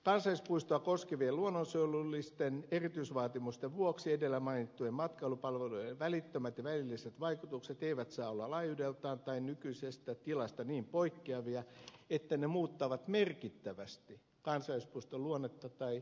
kansallispuistoa koskevien luonnonsuojelullisten erityisvaatimusten vuoksi edellä mainittujen matkailupalveluiden välittömät ja välilliset vaikutukset eivät saa olla laajuudeltaan tai nykyisestä tilasta niin poikkeavia että ne muuttavat merkittävästi kansallispuiston luonnetta tai olosuhteita